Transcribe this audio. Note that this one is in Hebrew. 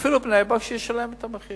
ואפילו בבני-ברק או בפתח-תקווה, שישלם את המחיר.